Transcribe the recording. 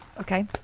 Okay